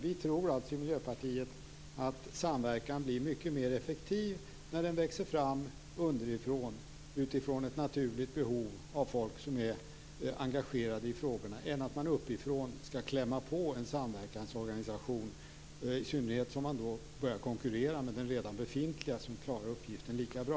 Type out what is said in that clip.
Vi i Miljöpartiet tror att samverkan blir mycket mer effektiv när den växer fram underifrån utifrån ett naturligt behov hos människor som är engagerade i frågorna än när man uppifrån skall klämma på en samverkansorganisation, i synnerhet som den börjar konkurrera med den redan befintliga som klarar uppgifterna lika bra.